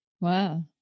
Wow